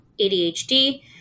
ADHD